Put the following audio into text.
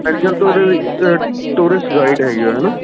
ਮੇਰੇ ਖਿਆਲ ਤੁਸੀਂ ਟੁਰਿਸਟ ਗਾਈਡ ਹੈਗੀ ਆ ਹਨਾ